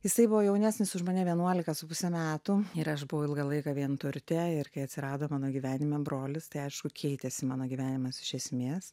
jisai buvo jaunesnis už mane vienuolika su puse metų ir aš buvau ilgą laiką vienturtė ir kai atsirado mano gyvenime brolis tai aišku keitėsi mano gyvenimas iš esmės